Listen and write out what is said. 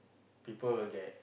people will get